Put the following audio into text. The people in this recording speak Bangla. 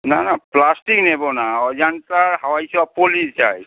না না প্লাস্টিক নেব না অজন্তার হাওয়াই চপ্পলই চাই